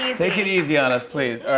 take it easy on us, please.